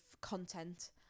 content